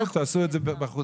תעשו את זה בחוץ.